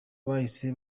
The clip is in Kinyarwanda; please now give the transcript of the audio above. bahise